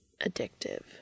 Addictive